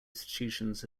institutions